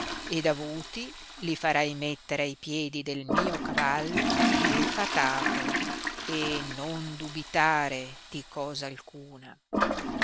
ed avuti li farai mettere ai piedi del mio cavallo che è fatato e non dubitare di cosa alcuna